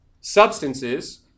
substances